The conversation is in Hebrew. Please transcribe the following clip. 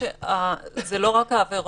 זה לא רק העבירות,